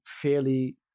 fairly